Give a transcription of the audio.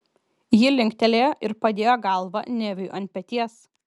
ji linktelėjo ir padėjo galvą neviui ant peties